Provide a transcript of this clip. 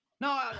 No